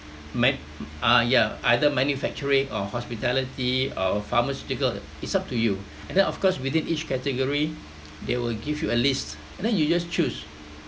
ma~ uh ya either manufacturing or hospitality or pharmaceutical it's up to you and then of course within each category they will give you a list and then you just choose